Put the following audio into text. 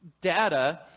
data